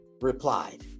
replied